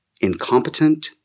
incompetent